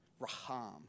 Raham